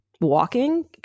walking